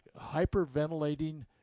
hyperventilating